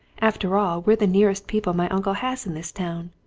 after all, we're the nearest people my uncle has in this town.